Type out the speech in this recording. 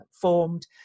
formed